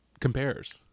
compares